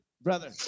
brother